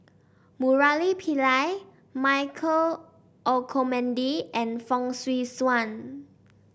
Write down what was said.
Murali Pillai Michael Olcomendy and Fong Swee Suan